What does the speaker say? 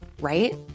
right